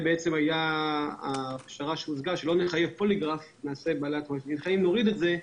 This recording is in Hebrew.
הייתה הפשרה שהושגה שלא נחייב פוליגרף אלא נוריד את זה.